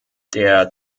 der